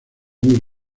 muy